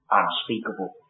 unspeakable